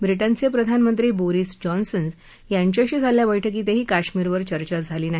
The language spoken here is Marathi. ब्रिटनचप्रधानमंत्री बोरिस जॉन्सन यांच्याशी झालख्या बैठकीतही कश्मीरवर चर्चा झाली नाही